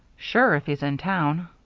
sure, if he's in town.